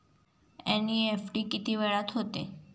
NEFT किती वेळात होते?